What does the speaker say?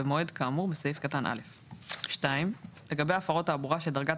במועד כאמור בסעיף קטן (א); (2)לגבי הפרות תעבורה שדרגת